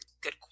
good